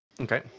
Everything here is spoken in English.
Okay